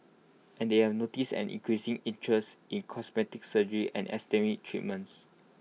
and they have noticed an increasing interest in cosmetic surgery and aesthetic treatments